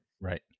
right